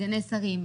סגני שרים,